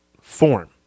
form